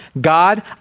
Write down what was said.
God